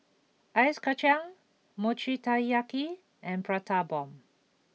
Ice Kachang Mochi Taiyaki and Prata Bomb